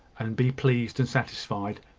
and be pleased and satisfied,